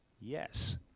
Yes